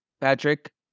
Patrick